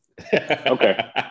Okay